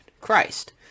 Christ